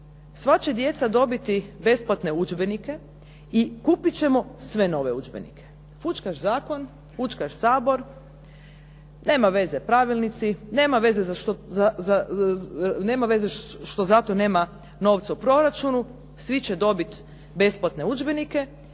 sva će djeca dobiti besplatne udžbenike i kupit ćemo sve nove udžbenike. Fućkaš zakon, fućkaš Sabor, nema veze pravilnici, nema veze što za to nema novca u proračunu, svi će dobiti besplatne udžbenike